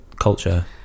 culture